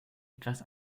etwas